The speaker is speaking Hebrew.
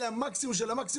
אלא מקסימום של המקסימום.